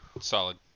solid